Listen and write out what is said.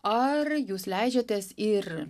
ar jūs leidžiatės ir